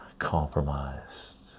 compromised